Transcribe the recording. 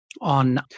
on